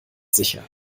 sicher